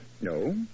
No